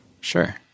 Sure